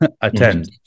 attend